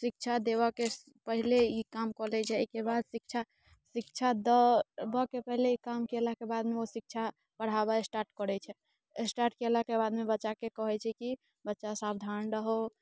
शिक्षा देबऽके पहिले ई काम कऽ लै जाएके बाद शिक्षा देबऽके पहले ई काम कयलाके बादमे ओ शिक्षा पढ़ाबऽ स्टार्ट करैत छै स्टार्ट कयलाके बादमे बच्चाके कहैत छै कि बच्चा सावधान रहो